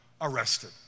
arrested